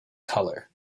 color